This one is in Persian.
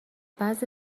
بعضی